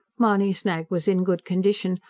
mahony's nag was in good condition,